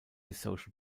social